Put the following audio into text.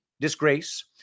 Disgrace